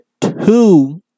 two